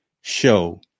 show